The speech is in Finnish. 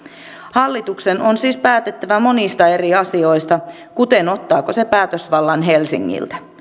hallituksen on siis päätettävä monista eri asioista kuten siitä ottaako se päätösvallan helsingiltä